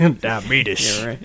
diabetes